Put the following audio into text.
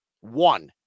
One